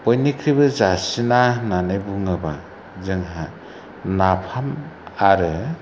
बयनिख्रुइबो जासिना होननानै बुङोबा जोंहा नाफाम आरो